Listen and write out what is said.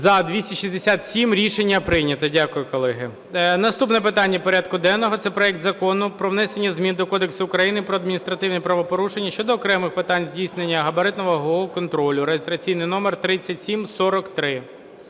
За-267 Рішення прийнято. Дякую, колеги. Наступне питання порядку денного – це Проект Закону про внесення змін до Кодексу України про адміністративні правопорушення щодо окремих питань здійснення габаритно-вагового контролю (реєстраційний номер 3743).